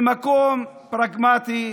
ממקום פרגמטי,